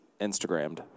Instagrammed